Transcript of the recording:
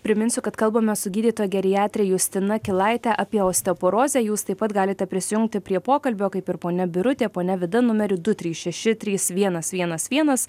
priminsiu kad kalbame su gydytoja geriatrė justina kilaite apie osteoporozę jūs taip pat galite prisijungti prie pokalbio kaip ir ponia birutė ponia vida numeriu du trys šeši trys vienas vienas vienas